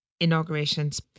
inauguration's